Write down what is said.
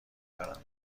دارم